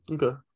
okay